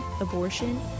abortion